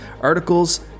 articles